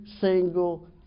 single